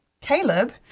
caleb